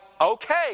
okay